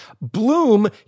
Bloom